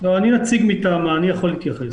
אני נציג מטעמה, אני יכול להתייחס.